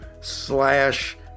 slash